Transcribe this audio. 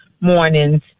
mornings